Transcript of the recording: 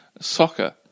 soccer